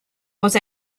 was